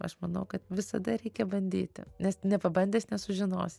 aš manau kad visada reikia bandyti nes nepabandęs nesužinosi